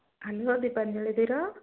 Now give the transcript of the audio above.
hello Dipanjali ଦିର